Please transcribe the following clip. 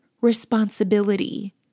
responsibility